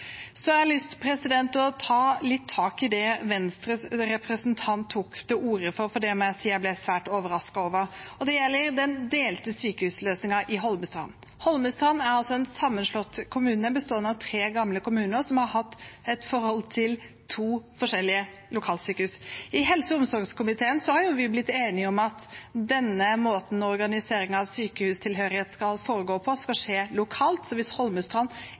har lyst til å ta litt tak i det Venstres representant tok til orde for, for det må jeg si jeg ble svært overrasket over. Det gjelder den delte sykehusløsningen i Holmestrand. Holmestrand er en sammenslått kommune bestående av tre gamle kommuner som har hatt et forhold til to forskjellige lokalsykehus. I helse- og omsorgskomiteen har vi blitt enige om at hvorvidt det er denne måten organisering av sykehustilhørighet skal foregå på, skal bestemmes lokalt, så hvis